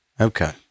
Okay